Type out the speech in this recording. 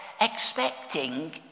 expecting